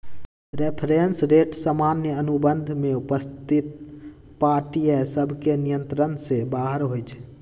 reference rate सामान्य अनुबंध में उपस्थित पार्टिय सभके नियंत्रण से बाहर होइ छइ